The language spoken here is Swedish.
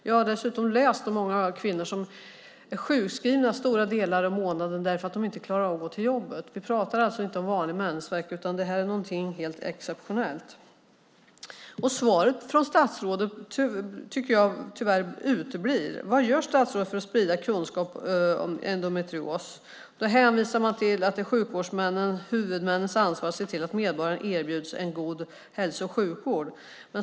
Jag har dessutom läst om många kvinnor som är sjukskrivna under stora delar av månaden därför att de inte klarar av att gå till jobbet. Vi talar alltså inte om vanlig mensvärk, utan detta är något helt exceptionellt. Jag tycker att svaret från statsrådet tyvärr uteblir. Vad gör statsrådet för att sprida kunskap om endometrios? Man hänvisar till att det är sjukvårdshuvudmännens ansvar att se till att medborgarna erbjuds en god hälso och sjukvård.